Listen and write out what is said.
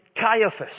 Caiaphas